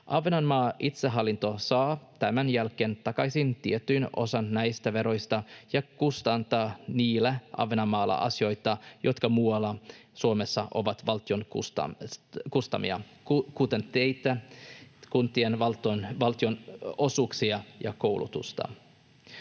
Ahvenanmaan itsehallinto saa tämän jälkeen takaisin tietyn osan näistä veroista ja kustantaa niillä Ahvenanmaalla asioita, jotka muualla Suomessa ovat valtion kustantamia, kuten teitä, kuntien valtionosuuksia ja koulutusta.